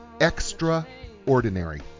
Extraordinary